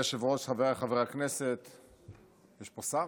אדוני היושב-ראש, חבריי חברי הכנסת, יש פה שר?